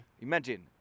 imagine